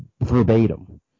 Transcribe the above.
verbatim